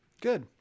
Good